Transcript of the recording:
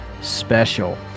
special